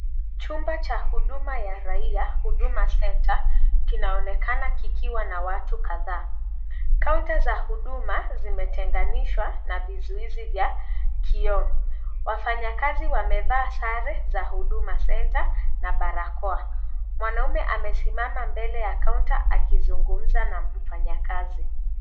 Chumba cha huduma ya raia Huduma Centre, kinaonekana kikiwa na watu kadhaa, kaunta za huduma zimetenganishwa na vizuizi vya kioo. Wafanyakazi wamevaa sare za Huduma Centre na barakoa. Mwanaume amesimama mbele ya kaunta akizungumza na mfanyakazi.